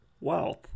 Wealth